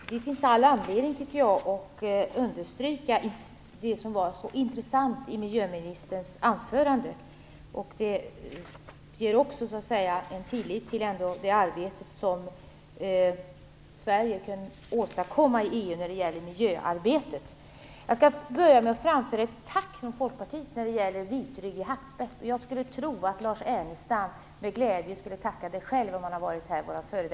Fru talman! Jag tycker att det finns all anledning att understryka vad som var så intressant i miljöministerns anförande. Det ger ändå en tillit till det arbete som Sverige kan åstadkomma i EU när det gäller miljöarbetet. Först vill jag dock framföra ett tack från oss i Folkpartiet när det gäller den vitryggiga hackspetten. Jag skulle tro att Lars Ernestam, f.d. folkpartistisk riksdagsledamot, med glädje skulle vilja det.